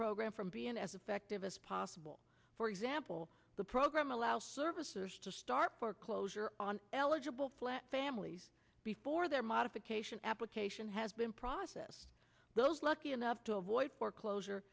program from being as effective as possible for example the program allows services to start foreclosure on eligible flat families before their modification application has been processed those lucky enough to avoid foreclosure